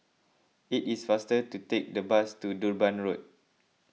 it is faster to take the bus to Durban Road